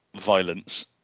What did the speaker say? violence